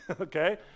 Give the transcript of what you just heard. Okay